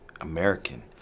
American